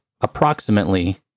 approximately